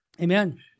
Amen